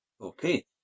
Okay